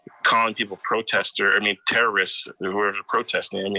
calling people protestor, i mean terrorist, who are protesting. i mean